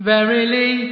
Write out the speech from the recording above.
Verily